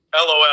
LOL